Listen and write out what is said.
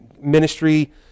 Ministry